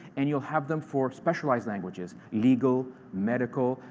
and you'll have them for specialized languages legal, medical.